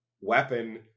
weapon